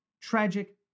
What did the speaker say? tragic